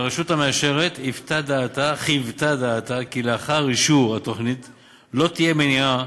הרשות המאשרת חיוותה דעתה שלאחר אישור התוכנית לא תהיה מניעה